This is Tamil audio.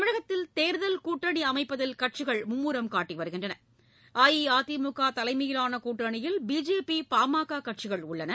தமிழகத்தில் தேர்தல் கூட்டணி அமைப்பதில் கட்சிகள் மும்முரம் காட்டி வருகின்றன அஇஅதிமுக தலைமையிலான கூட்டணியில் பிஜேபி பாமக கட்சிகள் உள்ளன